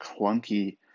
clunky